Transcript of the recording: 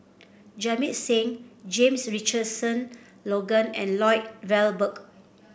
Jamit Singh James Richardson Logan and Lloyd Valberg